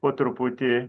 po truputį